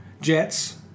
Jets